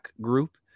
group